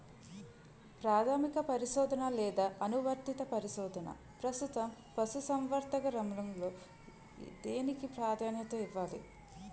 ప్రాథమిక పరిశోధన లేదా అనువర్తిత పరిశోధన? ప్రస్తుతం పశుసంవర్ధక రంగంలో దేనికి ప్రాధాన్యత ఇవ్వాలి?